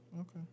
Okay